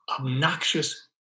obnoxious